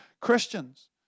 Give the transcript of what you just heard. Christians